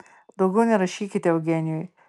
daugiau nerašykite eugenijui